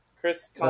Chris